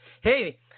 Hey